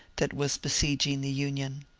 that was besieging the union.